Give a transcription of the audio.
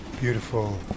beautiful